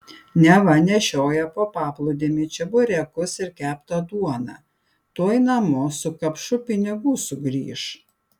neva nešioja po paplūdimį čeburekus ir keptą duoną tuoj namo su kapšu pinigų sugrįš